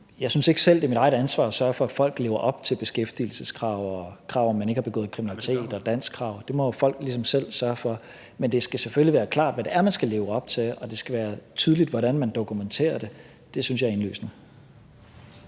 Jeg synes ikke selv, det er mit ansvar at sørge for, at folk lever op til beskæftigelseskrav og krav om, at man ikke har begået kriminalitet, og danskkrav – det må folk ligesom selv sørge for. Men det skal selvfølgelig være klart, hvad det er, man skal leve op til, og det skal være tydeligt, hvordan man dokumenterer det. Det synes jeg er indlysende.